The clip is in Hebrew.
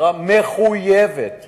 שהמשטרה מחויבת